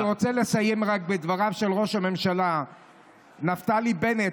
אני רוצה לסיים רק בדבריו של ראש הממשלה נפתלי בנט,